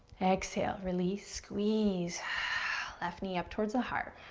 exhale. release, squeeze left knee up towards the heart.